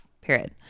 period